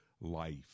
life